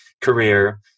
career